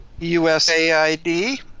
USAID